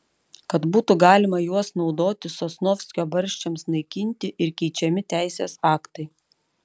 kad būtų galima juos naudoti sosnovskio barščiams naikinti ir keičiami teisės aktai